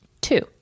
Two